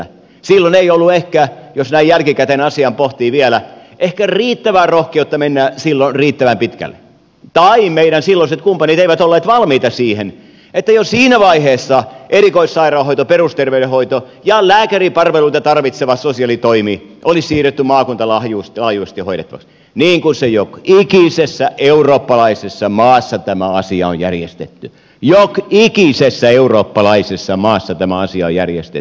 silloin ei ollut ehkä jos näin jälkikäteen asiaa pohtii vielä riittävää rohkeutta mennä riittävän pitkälle tai meidän silloiset kumppanimme eivät olleet valmiita siihen että jo siinä vaiheessa erikoissairaanhoito perusterveydenhoito ja lääkäripalveluita tarvitseva sosiaalitoimi olisi siirretty maakuntalaajuisesti hoidettavaksi niin kuin jokikisessä eurooppalaisessa maassa tämä asia on järjestetty jokikisessä eurooppalaisessa maassa tämä asia on järjestetty